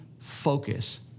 focus